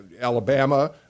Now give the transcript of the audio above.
Alabama